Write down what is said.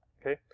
Okay